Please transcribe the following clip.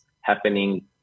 happening